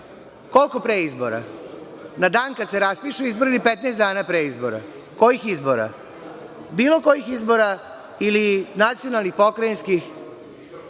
Koliko pre izbora? Na dan kad se raspišu izbori ili 15 dana pre izbora? Kojih izbora? Bilo kojih izbora ili nacionalnih, pokrajinskih?